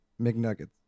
McNuggets